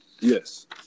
Yes